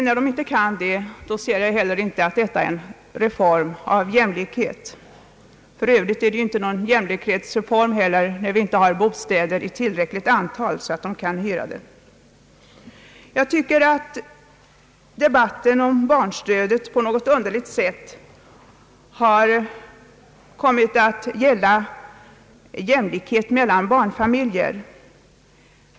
När de inte kan det, ser jag inte heller detta bostadsstöd som en jämlikhetsreform. För övrigt är det ju inte heller någon jämlikhetsreform, när det inte finns ett tillräckligt antal bostäder som barnfamiljer kan få hyra. Jag tycker att debatten om bostadstillägget för barnfamiljer på något underligt sätt har kommit att gälla frågan om jämlikhet mellan barnfamiljer.